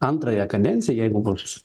antrąją kadenciją jeigu bus